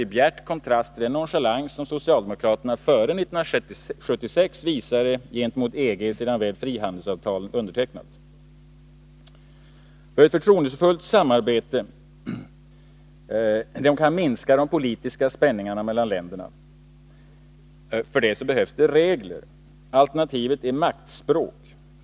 i bjärt kontrast till den nonchalans som socialdemokraterna före 1976 visade gentemot EG, sedan väl frihandelsavtalet undertecknats. För ett förtroendefullt ekonomiskt samarbete, som minskar de politiska spänningarna mellan länder, behövs regler. Alternativet är maktspråk.